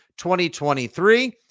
2023